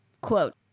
Quote